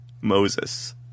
Moses